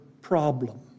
problem